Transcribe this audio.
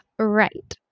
Right